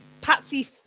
Patsy